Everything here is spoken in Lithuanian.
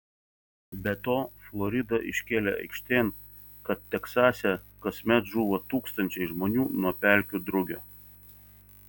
be to florida iškėlė aikštėn kad teksase kasmet žūva tūkstančiai žmonių nuo pelkių drugio